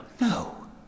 No